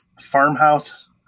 farmhouse